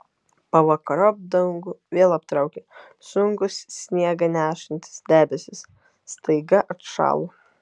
pavakariop dangų vėl aptraukė sunkūs sniegą nešantys debesys staiga atšalo